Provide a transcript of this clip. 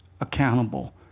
accountable